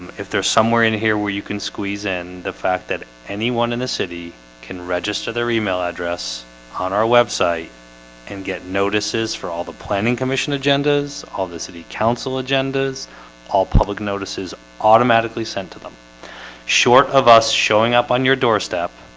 um if there's somewhere in here where you can squeeze in the fact that anyone in the city can register their email address on our website and get notices for all the planning commission agendas all the city council agendas all public notices automatically sent to them short of us showing up on your doorstep